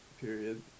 period